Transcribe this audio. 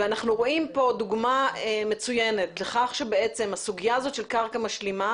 אנחנו רואים כאן דוגמה מצוינת לכך שבעצם הסוגיה הזאת של קרקע משלימה